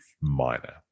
minor